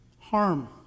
harm